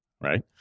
right